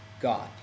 God